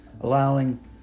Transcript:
allowing